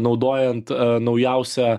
naudojant naujausią